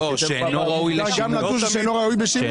כי זה גם נכס נטוש וגם שאינו ראוי בשימוש.